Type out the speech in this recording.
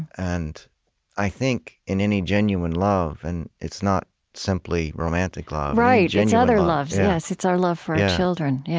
and i think, in any genuine love and it's not simply romantic love, right, yeah it's other loves, yes. it's our love for our children. yeah